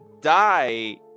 die